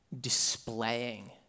displaying